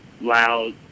loud